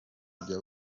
kujya